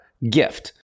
Gift